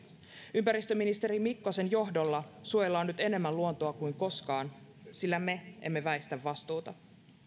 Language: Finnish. ympäristöministeri mikkosen johdolla suojellaan nyt enemmän luontoa kuin koskaan sillä me emme väistä vastuuta